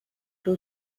two